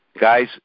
Guys